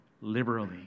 liberally